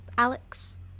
Alex